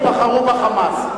ובחרו ב"חמאס".